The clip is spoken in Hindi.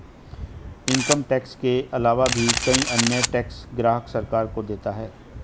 इनकम टैक्स के आलावा भी कई अन्य टैक्स ग्राहक सरकार को देता है